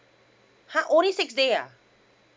!huh! only six day ah